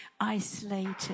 isolated